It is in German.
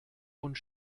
und